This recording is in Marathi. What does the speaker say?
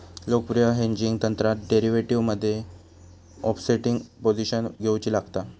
लोकप्रिय हेजिंग तंत्रात डेरीवेटीवमध्ये ओफसेटिंग पोझिशन घेउची लागता